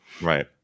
right